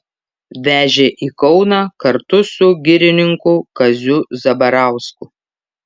vežė į kauną kartu su girininku kaziu zabarausku